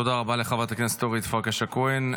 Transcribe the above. תודה רבה לחברת הכנסת אורית פרקש הכהן.